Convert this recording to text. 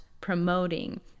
promoting